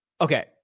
okay